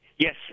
Yes